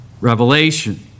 Revelation